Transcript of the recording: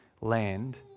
land